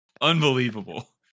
Unbelievable